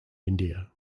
india